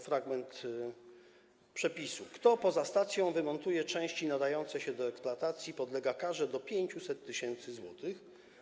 Fragment przepisu brzmi: Kto poza stacją wymontuje części nadające się do eksploatacji, podlega karze do 500 tys. zł.